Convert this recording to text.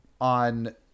on